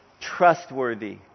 trustworthy